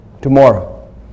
tomorrow